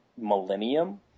Millennium